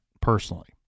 personally